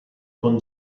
con